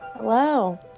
Hello